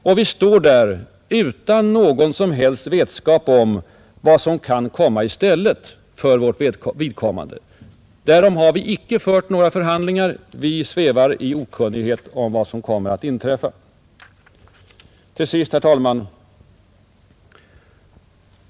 Och vi står där utan någon som helst vetskap om vad som kan komma i stället för vårt vidkommande, Därom har vi inte fört några förhandlingar — vi svävar i okunnighet om vad som kommer att inträffa. Herr talman!